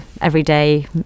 everyday